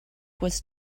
was